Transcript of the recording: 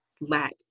lack